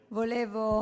volevo